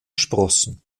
sprossen